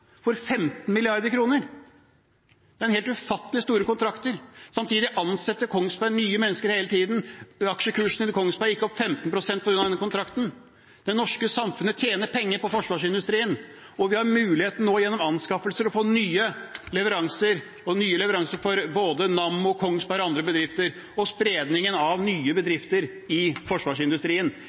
for 15 mrd. kr. Det er helt ufattelig store kontrakter. Samtidig ansetter Kongsberg Gruppen nye mennesker hele tiden. Aksjekursene til Kongsberg gikk opp 15 pst. på grunn av denne kontrakten. Det norske samfunnet tjener penger på forsvarsindustrien, og vi har muligheten nå gjennom anskaffelser å få nye leveranser, nye leveranser for både Nammo, Kongsberg og andre bedrifter, og spredning av nye bedrifter i forsvarsindustrien.